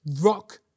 rock